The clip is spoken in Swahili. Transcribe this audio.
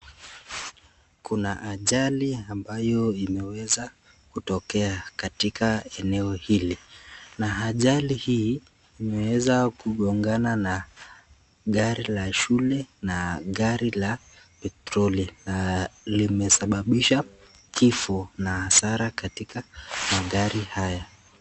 Kuna ajali ambayo imeweza kutokea katika eneo hili, na ajali hii zimeweza kugongana gari la shule na gari la petlori na imesababisha kifo na hasara katika magari haya.